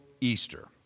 Easter